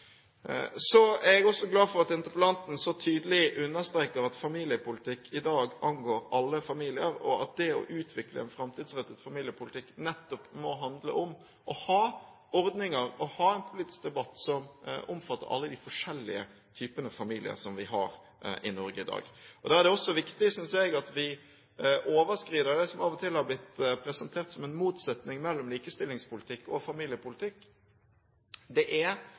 Så er jeg også glad for at interpellanten så tydelig understreker at familiepolitikk i dag angår alle familier, og at det å utvikle en framtidsrettet familiepolitikk nettopp må handle om å ha ordninger, å ha en politisk debatt som omfatter alle de forskjellige typer familier som vi har i Norge i dag. Da er det også viktig, synes jeg, at vi overskrider det som av og til har blitt presentert som en motsetning mellom likestillingspolitikk og familiepolitikk. Det er